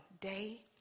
day